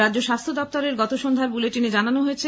রাজ্য স্বাস্থ্য দপ্তরের গত সন্ধ্যায় বুলেটিনে জানানো হয়েছে